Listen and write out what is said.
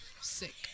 sick